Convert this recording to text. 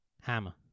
Hammer